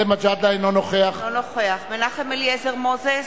אינו נוכח מנחם אליעזר מוזס,